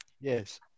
Yes